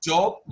Job